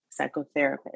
psychotherapist